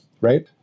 right